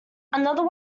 another